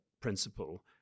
principle